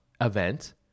event